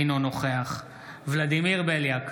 אינו נוכח ולדימיר בליאק,